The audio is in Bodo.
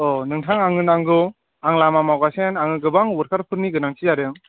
नोंथां आंनो नांगौ आं लामा मावगासिनो आंनो गोबां अवार्ककारफोरनि गोनांथि जादों